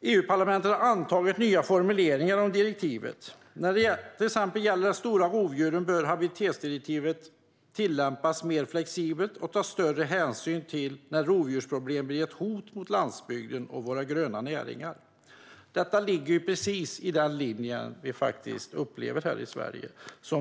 EU-parlamentet har antagit nya formuleringar om direktivet. När det till exempel gäller de stora rovdjuren bör habitatdirektivet tillämpas mer flexibelt så att större hänsyn tas till när rovdjursproblem blir ett hot mot landsbygden och våra gröna näringar. Detta ligger precis i linje med vad vi faktiskt upplever här i Sverige.